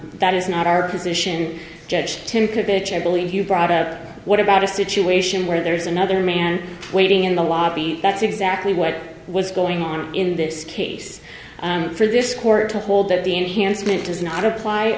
is not our position judge tim could bitch i believe you brought up what about a situation where there's another man waiting in the lobby that's exactly what was going on in this case for this court to hold that the enhancement does not apply